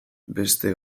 beste